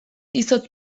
izotz